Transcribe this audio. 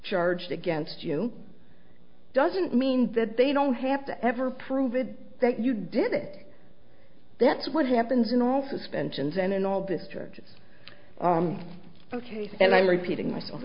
charged against you doesn't mean that they don't have to ever prove it that you did it that's what happens in all suspensions and in all this churches ok and i'm repeating myself